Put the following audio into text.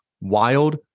WILD